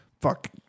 fuck